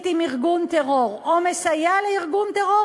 עם ארגון טרור או מסייע לארגון טרור,